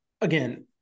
again